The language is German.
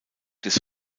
des